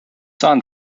son